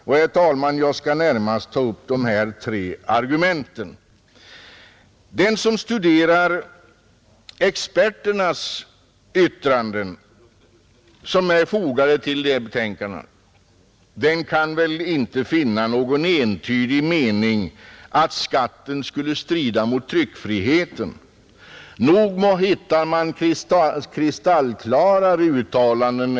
Jag skall, herr talman, närmast bemöta de här tre argumenten. Den som studerar experternas yttranden, som är fogade till betänkandena, kan väl inte finna uttryck för en entydig mening att skatten skulle strida mot tryckfrihetsförordningen. Inte är det några kristallklara uttalanden.